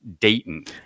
Dayton